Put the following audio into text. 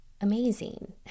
amazing